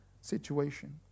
situation